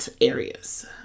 areas